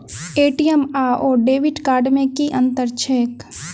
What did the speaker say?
ATM आओर debit card मे की अंतर छैक?